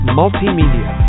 multimedia